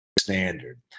standard